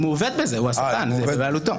אם הוא עובד בזה, הוא הספן, זה בבעלותו.